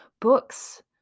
books